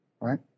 right